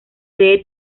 sede